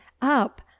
Up